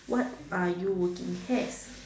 what are you working have